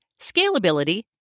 scalability